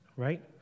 Right